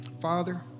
Father